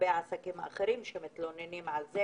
יש עסקים אחרים שהתלוננו על זה